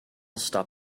stop